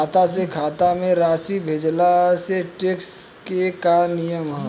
खाता से खाता में राशि भेजला से टेक्स के का नियम ह?